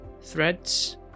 threads